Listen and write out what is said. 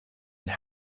and